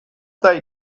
they